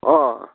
অঁ অঁ